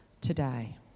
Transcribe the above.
today